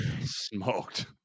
Smoked